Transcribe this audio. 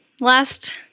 last